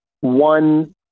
one